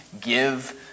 give